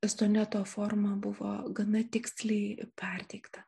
soneto forma buvo gana tiksliai perteikta